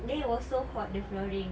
then it was so hot the flooring